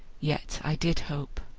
yet i did hope.